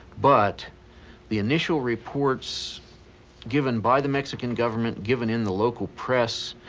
but the initial reports given by the mexican government, given in the local press,